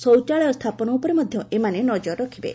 ଶୌଚାଳୟ ସ୍କାପନ ଉପରେ ମଧ୍ଧ ଏମାନେ ନକର ରଖିବେ